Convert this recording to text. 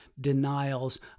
denials